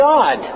God